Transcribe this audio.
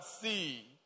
see